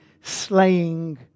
slaying